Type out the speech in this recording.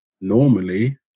normally